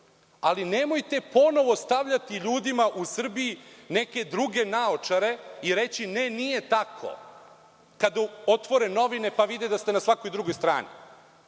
ali nemojte ponovo stavljati ljudima u Srbiji neke druge naočare i reći – ne nije tako, kada otvore novine, pa vide da ste na svakoj drugoj strani,